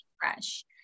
fresh